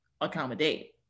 accommodate